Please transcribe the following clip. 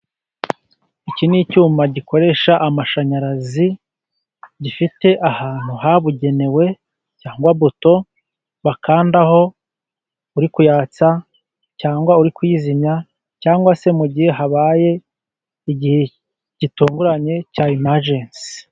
Iki ni icyuma gikoresha amashanyarazi, gifite ahantu habugenewe cyangwa buto bakandaho uri kuyatsa cyangwa uri kuyizimya cyangwa se mu gihe habaye igihe gitunguranye cya imajensi.